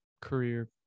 career